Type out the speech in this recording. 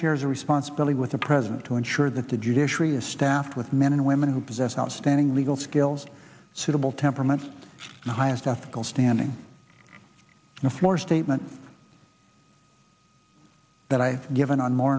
shares a responsibility with the president to ensure that the judiciary is staffed with men and women who possess outstanding legal skills suitable temperament the highest ethical standing the floor statement that i have given on more